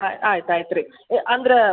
ಆಯ್ತ್ ಆಯ್ತು ಆಯ್ತು ರೀ ಯ ಅಂದ್ರೆ